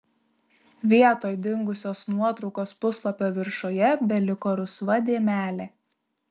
vietoj dingusios nuotraukos puslapio viršuje beliko rusva dėmelė